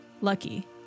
Lucky